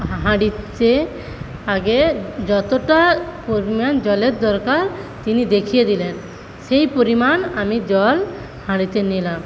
হাঁড়ির চেয়ে আগে যতটা পরিমাণ জলের দরকার তিনি দেখিয়ে দিলেন সেই পরিমাণ আমি জল হাঁড়িতে নিলাম